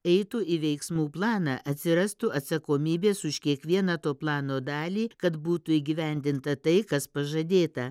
eitų į veiksmų planą atsirastų atsakomybės už kiekvieną to plano dalį kad būtų įgyvendinta tai kas pažadėta